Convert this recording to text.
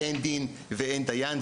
אין דין ואין דיין.